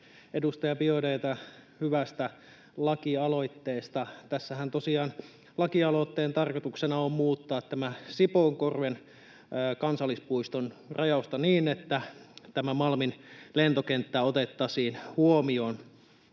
edustaja Biaudet’ta hyvästä lakialoitteesta. — Tässähän tosiaan lakialoitteen tarkoituksena on muuttaa Sipoonkorven kansallispuiston rajausta niin, että Malmin lentokenttä otettaisiin huomioon.